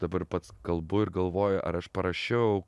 dabar pats kalbu ir galvoju ar aš parašiau